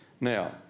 Now